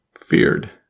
feared